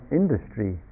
industry